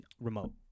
remote